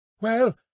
Well